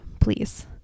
please